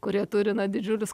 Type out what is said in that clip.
kurie turi na didžiulius